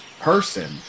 person